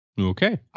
Okay